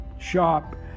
Shop